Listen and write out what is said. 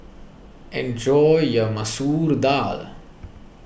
enjoy your Masoor Dal